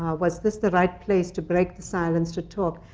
was this the right place to break the silence, to talk?